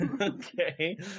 Okay